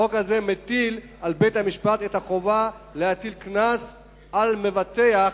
החוק הזה מטיל על בית-המשפט את החובה להטיל קנס על מבטח